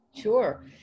Sure